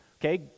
Okay